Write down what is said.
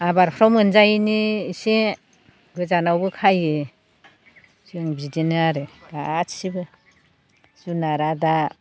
आबारफ्राव मोनजायैनि एसे गोजानावबो खायो जों बिदिनो आरो गासिबो जुनारा दा